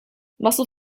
muscle